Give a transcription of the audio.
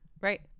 Right